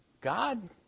God